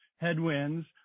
headwinds